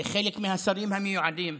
חלק מהשרים המיועדים,